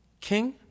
king